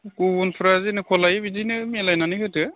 गुबुनफ्रा जेनेकुवा लायो बिदिनो मिलायनानै होदो